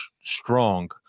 strong